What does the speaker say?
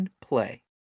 play